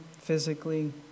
physically